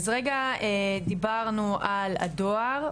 אז רגע דיברנו על הדואר,